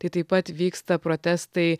tai taip pat vyksta protestai